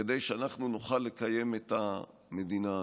כדי שאנחנו נוכל לקיים את המדינה הזו.